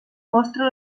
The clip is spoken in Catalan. mostra